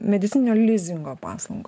medicininio lizingo paslaug